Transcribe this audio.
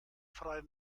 freier